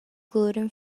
gluten